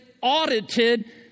audited